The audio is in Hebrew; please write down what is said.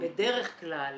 בדרך כלל